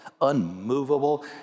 Unmovable